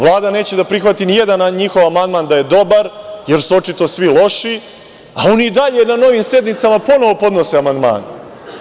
Vlada neće da prihvati nijedan njihov amandman da je dobar, jer su očito svi loši, a oni i dalje na novim sednicama ponovo podnose amandmane.